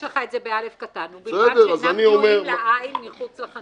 יש לך את זה בסעיף (ב) קטן: ובלבד שאינם גלויים לעין מחוץ לחנות.